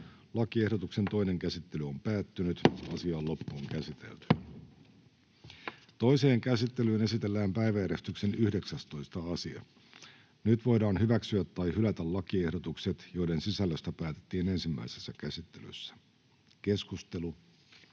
annetun lain 10 a §:n muuttamisesta Time: N/A Content: Toiseen käsittelyyn esitellään päiväjärjestyksen 13. asia. Nyt voidaan hyväksyä tai hylätä lakiehdotukset, joiden sisällöstä päätettiin ensimmäisessä käsittelyssä. — Keskustelu,